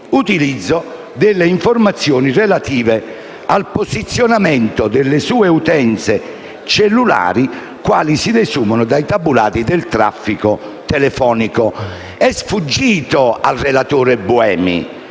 utilizzo delle informazioni relative al posizionamento delle sue utenze cellulari, quali si desumono dai tabulati del traffico telefonico. Al relatore Buemi